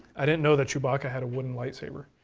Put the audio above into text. i didn't know that chewbacca had a wooden light saber,